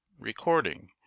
Recording